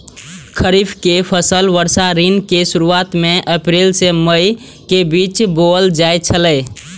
खरीफ के फसल वर्षा ऋतु के शुरुआत में अप्रैल से मई के बीच बौअल जायत छला